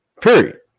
Period